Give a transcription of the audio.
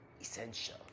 essential